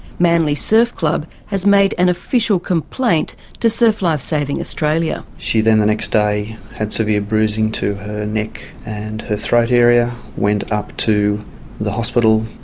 manly surf club has made an official complaint to surf life saving australia. she then, the next day, had severe bruising to her neck and her throat area, went up to the hospital,